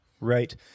Right